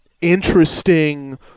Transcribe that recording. interesting